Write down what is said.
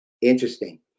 Interesting